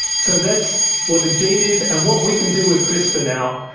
so that's what a gene is. and what we can do with crispr now,